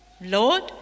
Lord